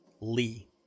lee